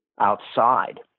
outside